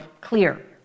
clear